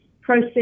process